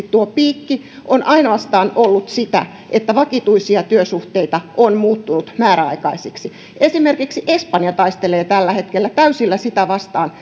tuo piikki on ollut ainoastaan sitä että vakituisia työsuhteita on muuttunut määräaikaisiksi esimerkiksi espanja taistelee tällä hetkellä täysillä sitä vastaan